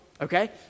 okay